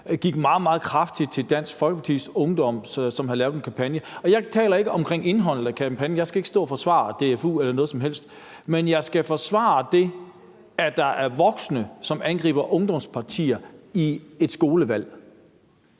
gik meget, meget hårdt til Dansk Folkepartis Ungdom, som havde lavet en kampagne. Jeg taler ikke om indholdet af kampagnen. Jeg skal ikke stå og forsvare DFU eller noget som helst, men det, at der er voksne, som angriber ungdomspartier i et skolevalg,